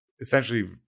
essentially